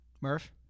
Murph